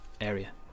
area